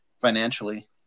financially